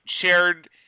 shared